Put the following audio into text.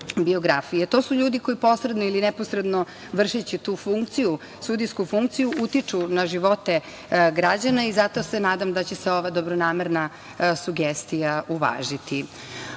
su ljudi koji posredno ili neposredno, vršeći tu funkciju, sudijsku funkciju, utiču na živote građana i zato se nadam da će se ova dobronamerna sugestija uvažiti. Osim